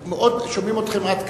שומעים אתכם עד כאן.